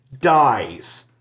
dies